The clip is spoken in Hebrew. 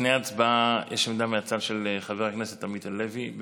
לפני הצבעה יש עמדה מהצד של חבר הכנסת עמית הלוי.